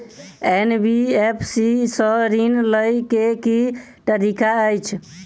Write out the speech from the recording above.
NBFC सँ ऋण लय केँ की तरीका अछि?